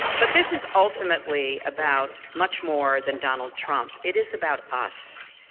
but this is ultimately about much more than donald trump. it is about us.